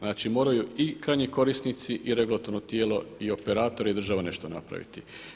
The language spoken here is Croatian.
Znači moraju i krajnji korisnici i regulatorno tijelo i operator i država nešto napraviti.